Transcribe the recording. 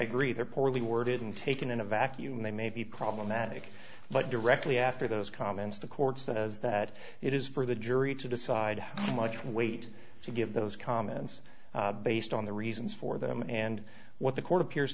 agree they are poorly worded and taken in a vacuum they may be problematic but directly after those comments the courts that is that it is for the jury to decide how much weight to give those comments based on the reasons for them and what the court appears